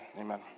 amen